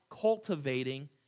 cultivating